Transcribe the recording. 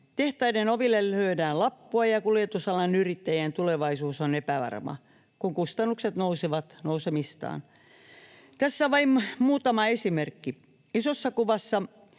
Tehtaiden oville lyödään lappua ja kuljetusalan yrittäjien tulevaisuus on epävarma, kun kustannukset nousevat nousemistaan. Tässä vain muutama esimerkki. Isossa kuvassa